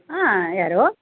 ಹಾಂ ಯಾರು